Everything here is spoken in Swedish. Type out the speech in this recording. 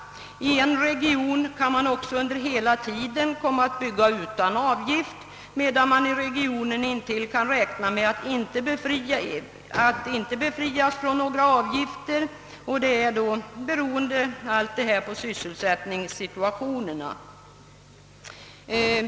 I en region kan man också hela tiden komma att bygga utan avgift, medan man i regionen intill inte kan räkna med att bli befriad från några avgifter, beroende på sysselsättningssituationen.